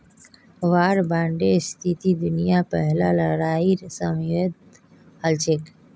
वार बांडेर स्थिति दुनियार पहला लड़ाईर समयेत हल छेक